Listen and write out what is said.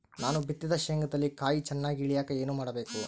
ನಾನು ಬಿತ್ತಿದ ಶೇಂಗಾದಲ್ಲಿ ಕಾಯಿ ಚನ್ನಾಗಿ ಇಳಿಯಕ ಏನು ಮಾಡಬೇಕು?